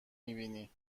میبینی